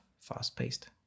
fast-paced